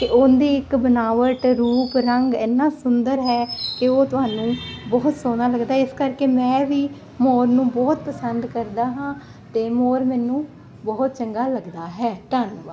ਤੇ ਉਹਦੀ ਇੱਕ ਬਨਾਵਟ ਰੂਪ ਰੰਗ ਇਨਾ ਸੁੰਦਰ ਹੈ ਕਿ ਉਹ ਤੁਹਾਨੂੰ ਬਹੁਤ ਸੋਹਣਾ ਲੱਗਦਾ ਇਸ ਕਰਕੇ ਮੈਂ ਵੀ ਮੋਰ ਨੂੰ ਬਹੁਤ ਪਸੰਦ ਕਰਦਾ ਹਾਂ ਦੇ ਮੋਰ ਮੈਨੂੰ ਬਹੁਤ ਚੰਗਾ ਲੱਗਦਾ ਹੈ ਧੰਨਵਾਦ